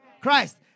Christ